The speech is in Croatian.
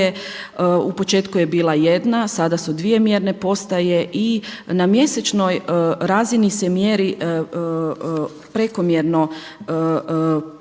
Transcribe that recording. u početku je bila jedna, sada su dvije mjerne postoje i na mjesečnoj razini se mjeri prekomjerna